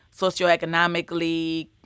socioeconomically